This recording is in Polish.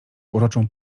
uroczą